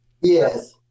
Yes